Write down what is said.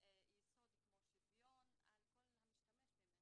יסוד כמו שוויון על כל המשתמע מכך.